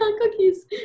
cookies